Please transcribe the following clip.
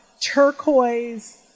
turquoise